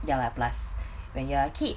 ya lah plus when you are a kid